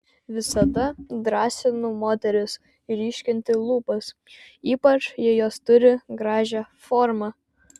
visada drąsinu moteris ryškinti lūpas ypač jei jos turi gražią formą